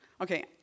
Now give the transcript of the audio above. Okay